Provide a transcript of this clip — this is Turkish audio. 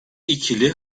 ikili